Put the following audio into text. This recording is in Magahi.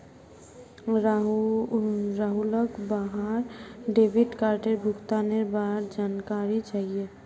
राहुलक वहार डेबिट कार्डेर भुगतानेर बार जानकारी चाहिए